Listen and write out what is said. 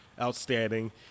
Outstanding